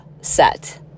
set